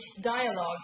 dialogue